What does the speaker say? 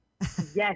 Yes